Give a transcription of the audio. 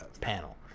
panel